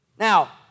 Now